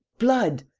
blood!